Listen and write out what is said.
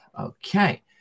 Okay